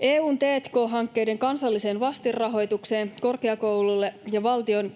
EU:n t&k-hankkeiden kansalliseen vastinrahoitukseen korkeakouluille ja valtion